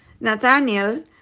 Nathaniel